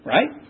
Right